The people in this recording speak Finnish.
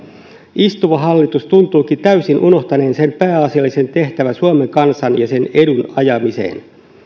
istuva hallitus tuntuukin täysin unohtaneen sen pääasiallisen tehtävän suomen kansan ja sen edun ajamisessa